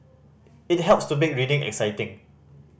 it helps to make reading exciting